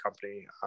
company